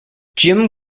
jim